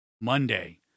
Monday